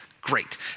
great